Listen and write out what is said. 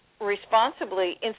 responsibly